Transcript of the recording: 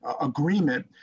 agreement